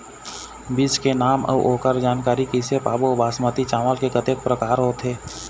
बीज के नाम अऊ ओकर जानकारी कैसे पाबो बासमती चावल के कतेक प्रकार होथे?